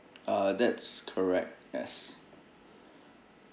uh that's correct yes